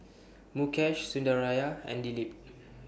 Mukesh Sundaraiah and Dilip